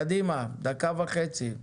קדימה, דקה וחצי.